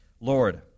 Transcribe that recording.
Lord